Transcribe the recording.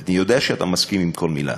ואני יודע שאתה מסכים לכל מילה,